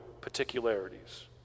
particularities